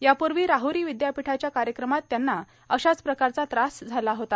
यापूर्वा राहरो र्वद्यपीठाच्या कायक्रमात त्यांना अशाच प्रकारचा त्रास झाला होता